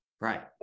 Right